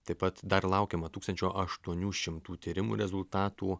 taip pat dar laukiama tūkstančio aštuonių šimtų tyrimų rezultatų